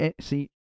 See